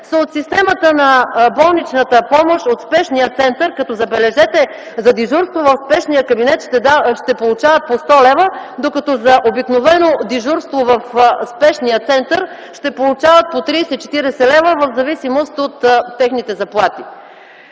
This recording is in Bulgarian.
от системата на болничната помощ от спешния център, като, забележете, за дежурство в спешния кабинет ще получават по 100 лв., докато за обикновено дежурство в спешния център ще получават по 30-40 лв., в зависимост от техните заплати?!